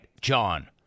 John